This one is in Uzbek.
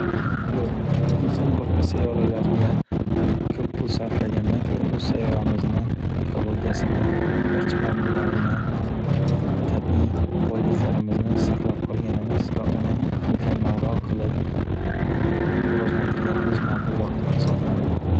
Yo’q inson boshqa sayyoralarga ko’p pul sarflagandan ko’ra, o’z sayyoramizni ekogiyasini, barcha omillarini, tabiiy boyliklarimizni saqlab qolganimiz va uni mukammalroq qilib rivojlantirganimiz maqulroq deb hisoblayman.